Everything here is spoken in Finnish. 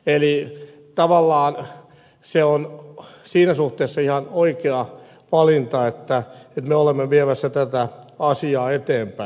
eli tavallaan se on siinä suhteessa ihan oikea valinta että me olemme viemässä tätä asiaa eteenpäin